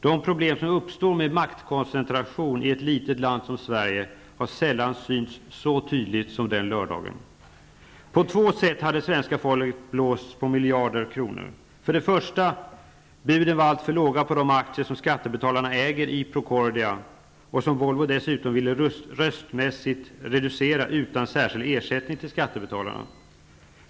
Det problem som uppstår med maktkoncentration i ett litet land som Sverige har sällan synts så tydligt som den lördagen. På två sätt hade svenska folket ''blåst på'' miljarder kronor. För det första: Buden var alltför låga på de aktier som skattebetalarna äger i Procordia, och som Volvo dessutom vill reducera röstmässigt utan särskild ersättning till skattebetalarna.